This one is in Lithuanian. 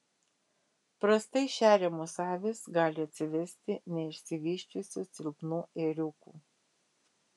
prastai šeriamos avys gali atsivesti neišsivysčiusių silpnų ėriukų